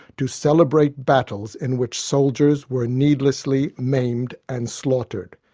to celebrate battles in which soldiers were needlessly maimed and slaughtered.